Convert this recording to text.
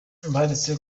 baretse